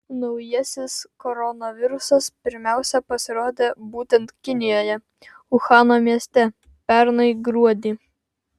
naujasis koronavirusas pirmiausia pasirodė būtent kinijoje uhano mieste pernai gruodį